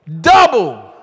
double